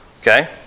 Okay